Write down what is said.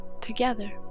together